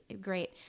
great